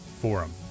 Forum